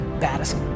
baddest